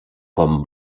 com